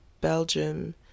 Belgium